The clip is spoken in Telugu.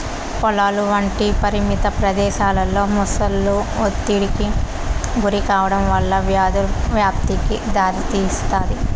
పొలాలు వంటి పరిమిత ప్రదేశాలలో మొసళ్ళు ఒత్తిడికి గురికావడం వల్ల వ్యాధుల వ్యాప్తికి దారితీస్తాది